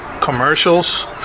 commercials